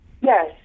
Yes